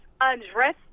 undress